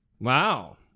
Wow